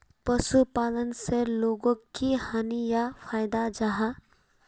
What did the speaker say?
पशुपालन से लोगोक की हानि या फायदा जाहा?